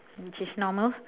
which is normal